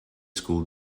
school